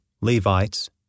Levites